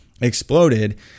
exploded